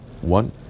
one